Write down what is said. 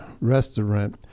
restaurant